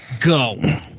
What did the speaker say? Go